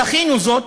דחינו זאת,